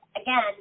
again